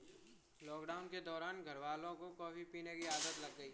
lockdown के दौरान घरवालों को कॉफी पीने की आदत लग गई